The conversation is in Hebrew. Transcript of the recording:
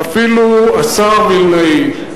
ואפילו השר וילנאי,